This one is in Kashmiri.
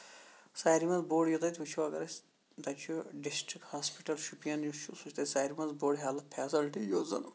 ساروے منٛز بوٚڑ یوتانۍ وٕچھو أسۍ تَتہِ چھُ ڈِسٹک ہوسپٹل شُپین یُس چھُ سُہ چھُ تَتہِ ساروی منٛز بوٚڑ ہیلٔتھ فیسلٹی یوٚت زَن